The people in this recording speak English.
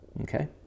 Okay